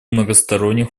многосторонних